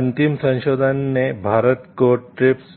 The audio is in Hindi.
इस अंतिम संशोधन ने भारत को ट्रिप्स